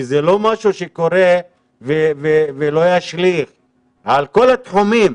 כי זה לא משהו שקורה ולא ישליך על כל התחומים,